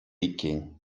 иккен